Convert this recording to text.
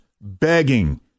begging